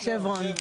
שברון.